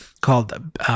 called